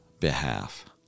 behalf